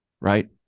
Right